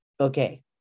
okay